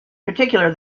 particular